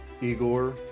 Igor